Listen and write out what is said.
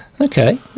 Okay